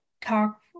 talk